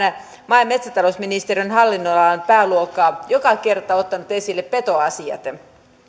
maa ja metsätalousministeriön hallinnonalan pääluokkaa joka kerta ottanut esille petoasiat nyt